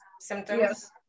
symptoms